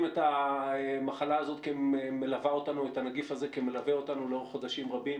את הנגיף הזה כמלווה אותנו לאורך חודשים רבים,